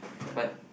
but